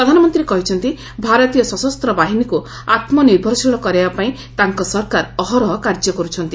ପ୍ରଧାନମନ୍ତ୍ରୀ କହିଛନ୍ତି ଭାରତୀୟ ସଶସ୍ତ ବାହିନୀକୁ ଆତ୍କନିର୍ଭରଶୀଳ କରାଇବା ପାଇଁ ତାଙ୍କ ସରକାର ଅହରହ କାର୍ଯ୍ୟ କରୁଛନ୍ତି